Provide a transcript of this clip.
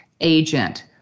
agent